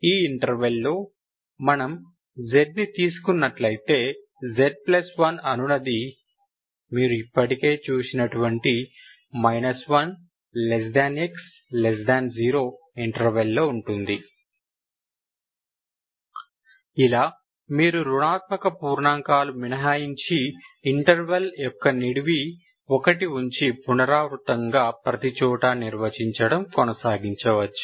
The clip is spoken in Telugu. ఈ ఇంటర్వల్ లో మనము z ని తీసుకున్నట్లయితే z1 అనునది మీరు ఇప్పటికే చూసినటువంటి 1 x 0 ఇంటర్వల్ లో ఉంటుంది ఇలా మీరు రుణాత్మక పూర్ణాంకాలు మినహాయించి ఇంటర్వల్ యొక్క నిడివి 1 ఉంచి పునరావృతంగా ప్రతిచోటా నిర్వచించడం కొనసాగించవచ్చు